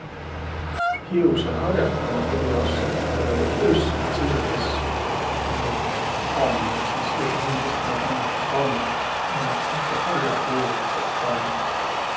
Hiussõhar'aq ummaq tuujaos, et hiussit sirgõs kammiq, sis esiqhindäst naaq ummaki kammiq, õnnõgi sääntseq har'akujolidsõq kammiq.